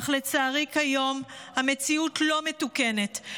אך לצערי כיום המציאות לא מתוקנת,